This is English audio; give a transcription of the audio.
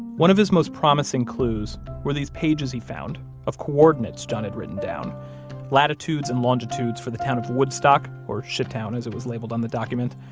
one of his most promising clues were these pages he found of coordinates john had written down latitudes and longitudes for the town of woodstock, or shittown as it was labeled on the document,